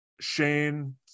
Shane